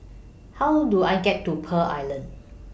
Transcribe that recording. How Do I get to Pearl Island